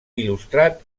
il·lustrat